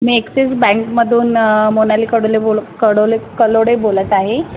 मी Axis बँकमधून मोनाली कलोडे बोल कलोडे कलोडे बोलत आहे